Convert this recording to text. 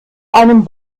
einem